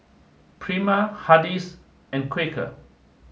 Prima Hardy's and Quaker